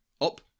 up